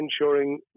ensuring